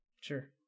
Sure